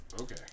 Okay